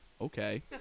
okay